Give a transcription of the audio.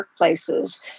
workplaces